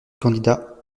candidat